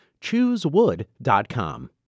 Choosewood.com